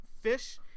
fish